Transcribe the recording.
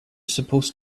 supposed